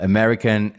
American